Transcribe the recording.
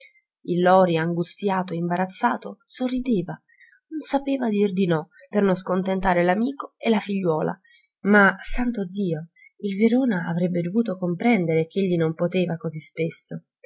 il lori angustiato imbarazzato sorrideva non sapeva dir di no per non scontentare l'amico e la figliuola ma santo dio il verona avrebbe dovuto comprendere ch'egli non poteva così spesso